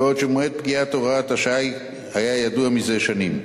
בעוד שמועד פקיעת הוראת השעה היה ידוע מזה שנים.